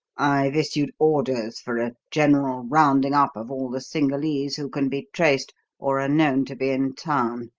i've issued orders for a general rounding-up of all the cingalese who can be traced or are known to be in town.